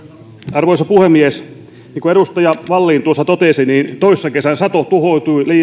arvoisa puhemies niin kuin edustaja wallin tuossa totesi toissa kesän sato tuhoutui